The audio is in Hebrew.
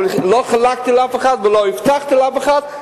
אבל לא חילקתי לאף אחד ולא הבטחתי לאף אחד,